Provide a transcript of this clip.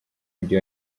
mujyi